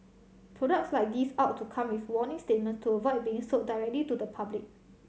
products like these ought to come with warning statement to avoid being sold directly to the public